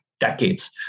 Decades